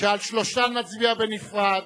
שעל שלושתן נצביע בנפרד.